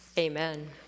Amen